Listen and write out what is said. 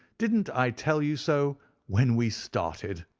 didn't i tell you so when we started?